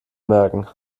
merken